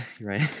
right